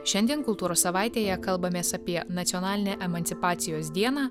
šiandien kultūros savaitėje kalbamės apie nacionalinę emancipacijos dieną